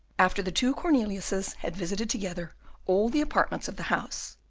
after the two corneliuses had visited together all the apartments of the house,